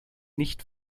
nicht